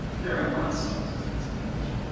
there are monsters on this page.